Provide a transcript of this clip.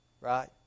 right